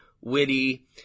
witty